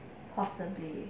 !wah! so do you